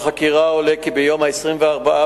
באתרים "כיכר השבת" ו"בחדרי חרדים"